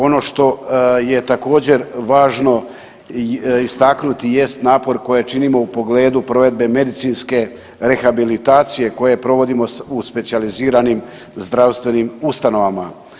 Ono što je također važno istaknuti jest napor koji činimo u pogledu provedbe medicinske rehabilitacije koje provodimo u specijaliziranim zdravstvenim ustanovama.